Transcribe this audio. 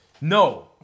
No